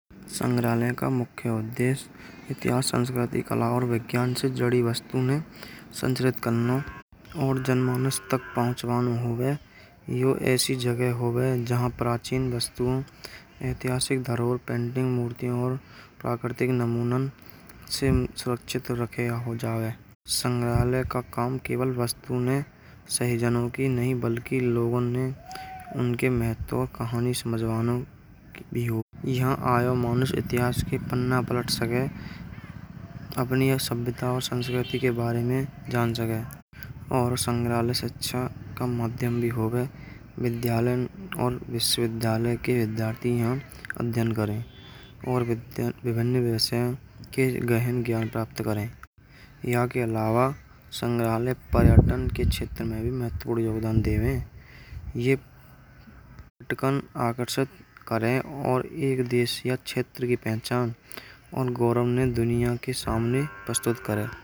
संग्रहालय का मुख्य उद्देश्य इतिहास संस्कृति, कलाऔर विज्ञान से छड़ी वस्तुओं ने संचरित करना। और जन्म उन्नीस तक पांचवां हो गया। ऐसी जगह हो गए जहां प्राचीन वस्तुओं ऐतिहासिक धरोहर पेन्डिंग मूर्तियों और प्राकृतिक नमूनान से सुरक्षित रखें जावे। संग्रहालय का काम केवल वस्तु ने सही जनों की नहीं बल्कि लोगों ने उनके महत्त्वपूर्ण कहानी समाज यहां आयो मोनोस के इतिहास के पन्ना पलट सके। अपनी सभ्यता और संस्कृति के बारे में जान है और संग्रहालय शिक्षा का माध्यम भी हो गए। विद्यालय और विश्वविद्यालय के विद्यार्थीयां अध्ययन करें और विद्यार्थियों के गहन ज्ञान प्राप्त करें। यहां के अलावा संग्रहालय पर्यटन के क्षेत्र में भी मुख्य थोड़ा योगदान दिए हुए हैं। ये आकर्षक करें और एक देश या क्षेत्र की पहचान उन गौरव ने दुनिया के सामने प्रस्तुत करें।